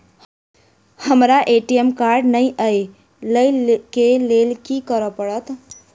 हमरा ATM card नै अई लई केँ लेल की करऽ पड़त?